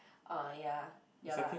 uh ya ya lah